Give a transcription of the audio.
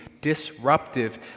disruptive